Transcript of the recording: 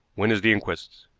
when is the inquest?